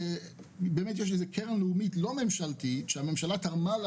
יש קרן לאומית לא ממשלתית שהממשלה תרמה לה